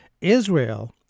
Israel